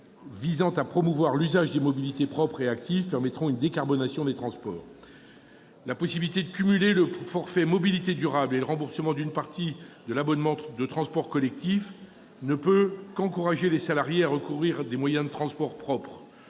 visant à promouvoir l'usage des mobilités propres et actives permettront une décarbonation des transports. La possibilité de cumuler le « forfait mobilités durables » et le remboursement d'une partie de l'abonnement de transports collectifs ne peuvent qu'encourager les salariés à recourir à des moyens de transport propres.